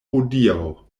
hodiaŭ